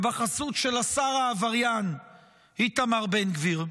ובחסות של השר העבריין איתמר בן גביר.